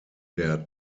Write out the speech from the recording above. der